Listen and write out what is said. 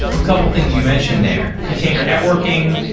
a couple things you mentioned there container networking,